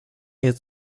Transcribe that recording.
jest